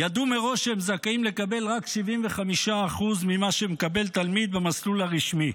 ידעו מראש שהם זכאים לקבל רק 75% ממה שמקבל תלמיד במסלול הרשמי,